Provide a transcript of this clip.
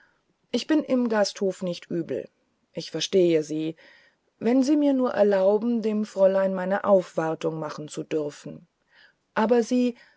ich bin im gasthofe nicht übel ich verstehe sie wenn sie mir nur erlauben dem fräulein meine aufwartung machen zu dürfen aber sie